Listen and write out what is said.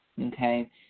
okay